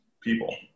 people